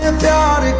doubt